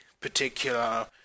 particular